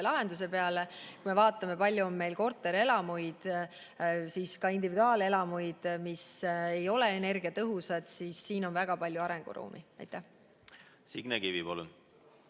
lahenduse peale. Kui me vaatame, palju on meil korterelamuid, ka individuaalelamuid, mis ei ole energiatõhusad, siis siin on väga palju arenguruumi. Aitäh! See on